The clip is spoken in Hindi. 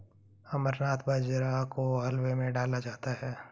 अमरनाथ बाजरा को हलवे में डाला जाता है